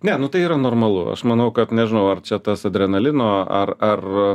ne nu tai yra normalu aš manau kad nežinau ar čia tas adrenalino ar ar